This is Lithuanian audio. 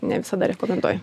ne visada rekomenduoju